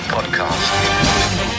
Podcast